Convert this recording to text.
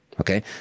okay